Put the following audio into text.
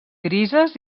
grises